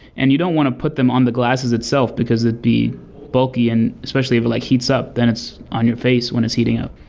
and you don't want to put them on the glasses itself, because it'd be bulky and especially if it like heats up then it's on your face when is heating up.